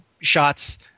shots